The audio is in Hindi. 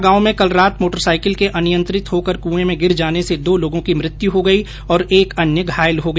दौसा जिले के निईरना गांव में कल रात मोटरसाईकिल के अनियंत्रित होकर क्एं में गिर जाने से दो लोगों की मृत्यु हो गई और एक अन्य घायल हो गया